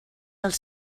els